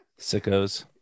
Sickos